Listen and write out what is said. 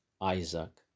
Isaac